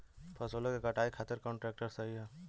फसलों के कटाई खातिर कौन ट्रैक्टर सही ह?